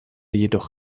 jedoch